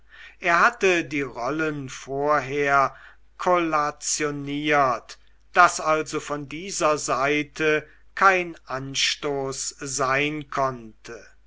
er hatte die rollen vorher kollationiert daß also von dieser seite kein anstoß sein konnte